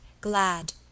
glad